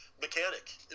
mechanic